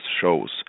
shows